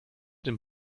dem